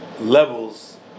levels